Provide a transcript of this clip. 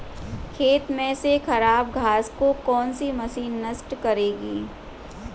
खेत में से खराब घास को कौन सी मशीन नष्ट करेगी?